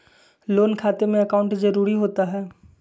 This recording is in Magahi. लोन खाते में अकाउंट जरूरी होता है?